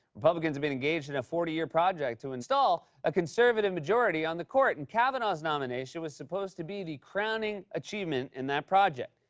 republicans have been engaged in a forty year project to install a conservative majority on the court, and kavanaugh's nomination was supposed to be the crowning achievement in that project.